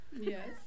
yes